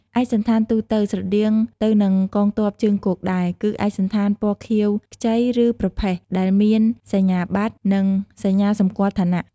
ឯកសណ្ឋានទូទៅ ស្រដៀងទៅនឹងកងទ័ពជើងគោកដែរ គឺឯកសណ្ឋានពណ៌ខៀវខ្ចី ឬប្រផេះ ដែលមានសញ្ញាបត្រ និងសញ្ញាសម្គាល់ឋានៈ។